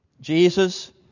Jesus